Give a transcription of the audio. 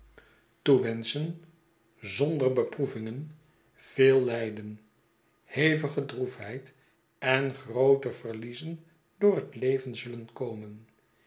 wenschen zonder beproevingen veel lijden hevige droefheid en groote yerliezen door het leven zullen komen